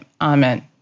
amen